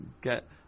get